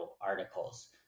articles